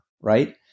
right